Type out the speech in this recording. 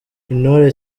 intore